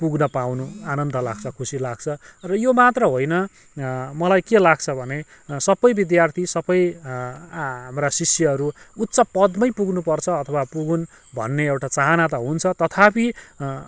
पुग्न पाउन आनन्द लाग्छ खुसी लाग्छ र यो मात्र होइन मलाई के लाग्छ भने सबै विद्यार्थी सबै हाम्रा शिष्यहरू उच्च पदमै पुग्नु पर्छ अथवा पुगुन् भन्ने एउटा चाहना त हुन्छ तथापि